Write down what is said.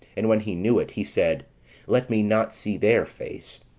and when he knew it, he said let me not see their face.